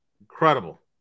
incredible